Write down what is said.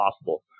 possible